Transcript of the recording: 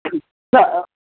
न